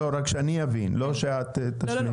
אני רוצה להבין.